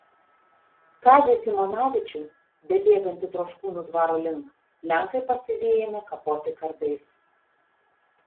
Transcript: kazį simonavičių bebėgantį troškūnų dvaro link lenkai pasiviję ėmė kapoti kardais